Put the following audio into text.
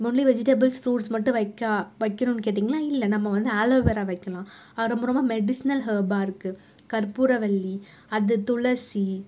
only vegetables fruits மட்டும் வைக்கா வைக்கிணுன்னு கேட்டிங்கன்னால் இல்லை நம்ம வந்து ஆலோவேரா வைக்கலாம் அது ரொம்ப ரொம்ப மெடிஸ்னல் ஹேர்பாக இருக்குது கற்பூரவள்ளி அது துளசி